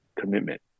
commitment